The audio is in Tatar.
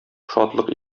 шатлык